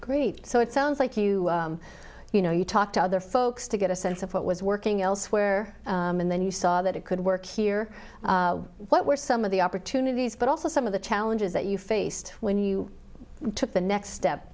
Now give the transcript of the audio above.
greene so it sounds like you you know you talk to other folks to get a sense of what was working elsewhere and then you saw that it could work here what were some of the opportunities but also some of the challenges that you faced when you took the next step